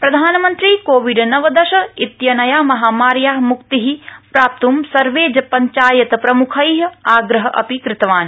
प्रधानमन्त्री कोविड नवदश इत्यनया महामार्यया म्क्ति प्राप्त् सर्वे पञ्चायत प्रम्खै आग्रह अपि कृतवान्